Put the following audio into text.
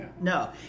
no